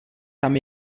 tam